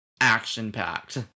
action-packed